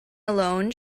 alone